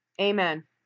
amen